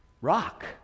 Rock